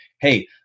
Hey